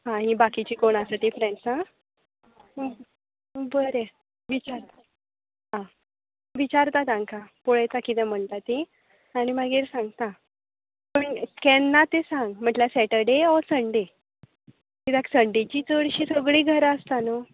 हां आनी बाकीचीं कोण आसा तीं फ्रॅड्सां हं हं बरें विचार आं विचारता तांकां पळयतां कितें म्हणटा तीं आनी मागीर सांगता तुमी केन्ना तें सांग म्हटल्यार सॅटरडे ओर सण्डे कित्याक सण्डेचीं चड शीं सगळीं घरा आसता न्हू